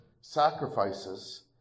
sacrifices